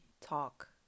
talk